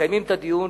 מקיימים את הדיון,